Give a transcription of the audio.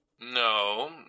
No